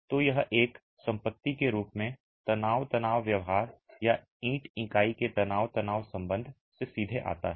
तो यह एक संपत्ति के रूप में तनाव तनाव व्यवहार या ईंट इकाई के तनाव तनाव संबंध से सीधे आता है